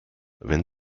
wenn